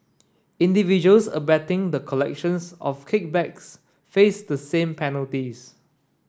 individuals abetting the collections of kickbacks face the same penalties